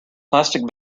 plastic